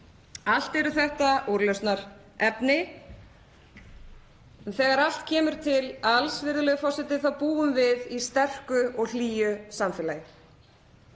Allt eru þetta úrlausnarefni. Þegar allt kemur til alls, virðulegur forseti, þá búum við í sterku og hlýju samfélagi.